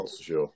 sure